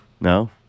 No